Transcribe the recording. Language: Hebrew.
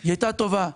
היא הייתה טובה.